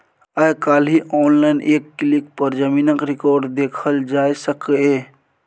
आइ काल्हि आनलाइन एक क्लिक पर जमीनक रिकॉर्ड देखल जा सकैए